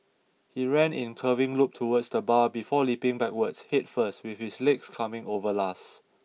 he ran in curving loop towards the bar before leaping backwards head first with his legs coming over last